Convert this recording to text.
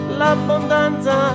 l'abbondanza